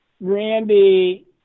Randy